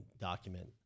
document